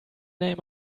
name